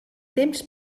temps